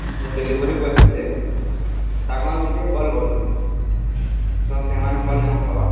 ଯେନ୍ delivery boy ଥିଲେ ତାକର୍ନିକେ କଲ୍ କରିଥିନି ତ ସେମାନେ କଲ୍ ନେଁ ଉଠାବା